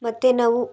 ಮತ್ತು ನಾವು